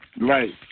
Right